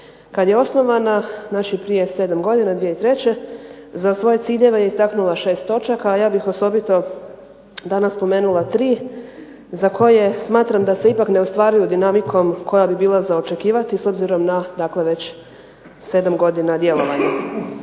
Kad je osnovana, znači prije 7 godina, 2003., za svoje ciljeve je istaknula 6 točaka, a ja bih osobito danas spomenula 3 za koje smatram da se ipak ne ostvaruju dinamikom koja bi bila za očekivati s obzirom na dakle već 7 godina djelovanja.